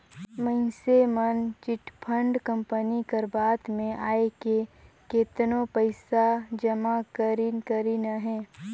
मइनसे मन chit fund company कर बात में आएके केतनो पइसा जमा करिन करिन अहें